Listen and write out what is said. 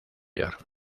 york